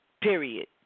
period